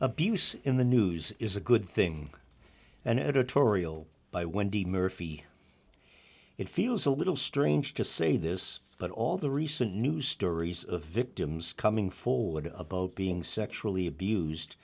abuse in the news is a good thing and editorial by wendy murphy it feels a little strange to say this that all the recent news stories of victims coming forward about being sexually abused